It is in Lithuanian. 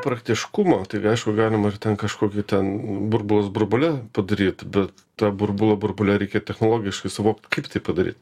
praktiškumo tai aišku galima ir ten kažkokį ten burbulus burbule padaryt bet tą burbulą burbule reikia technologiškai suvokt kaip tai padaryt